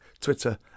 Twitter